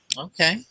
Okay